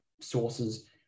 sources